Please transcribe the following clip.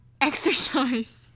exercise